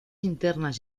internas